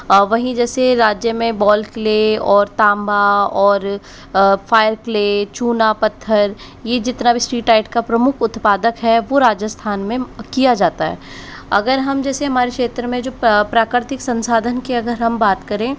वही जैसे राज्य में बॉल क्ले और तांबा और फायर क्ले चूना पत्थर ये जितना भी स्ट्रीटाइट का प्रमुख उत्पादक है वो राजस्थान में किया जाता है अगर हम जैसे हमारे क्षेत्र में जो प्रा प्राकृतिक संसाधन की अगर हम बात करें